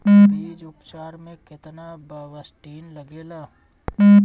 बीज उपचार में केतना बावस्टीन लागेला?